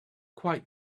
quite